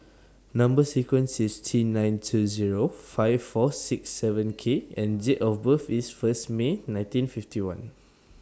Number sequence IS T nine two Zero five four six seven K and Date of birth IS First May nineteen fifty one